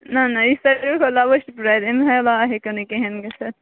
نَہ نَہ یہِ چھِ سارویو کھۄتہٕ لوٮ۪سٹ پرٛایِز اَمہِ علاو ہٮ۪کیوٗ نہٕ کِہیٖنۍ گٔژھِتھ